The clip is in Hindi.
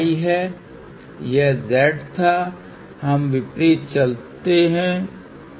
अब केवल इस बारे में सोचें कि क्या मैं j 2 जोड़ता हूं तो मूल्य क्या होगा अगर मैं j2 जोड़ता हूँ तो y1 के बराबर हो जाएगा